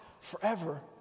forever